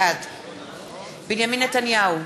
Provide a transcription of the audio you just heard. בעד בנימין נתניהו,